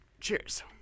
Cheers